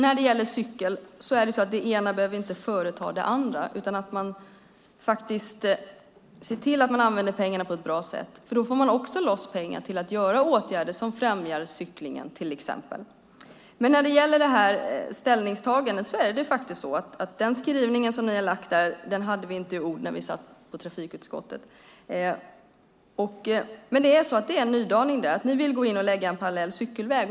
När det gäller cykling behöver inte det ena förta det andra, utan det gäller att se till att använda pengarna på ett bra sätt. Därmed får man loss pengar till att vidta åtgärder som främjar cyklingen till exempel. Och när det gäller ställningstagandet i fråga är det faktiskt så att vi inte hade er skrivning i ord så att säga när vi diskuterade i trafikutskottet. Det är fråga om en nydaning; ni vill anlägga parallella cykelvägar.